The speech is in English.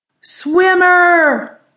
Swimmer